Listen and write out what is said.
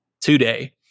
today